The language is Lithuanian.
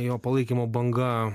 jo palaikymo banga